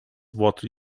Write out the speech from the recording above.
water